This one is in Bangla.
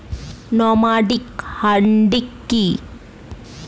নমাডিক হার্ডি কি?